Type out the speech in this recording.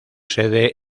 sede